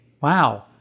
Wow